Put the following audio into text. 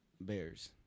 Bears